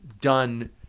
done